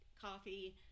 coffee